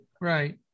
right